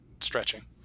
stretching